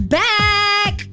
back